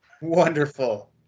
Wonderful